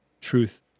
truth